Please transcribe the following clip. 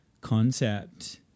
concept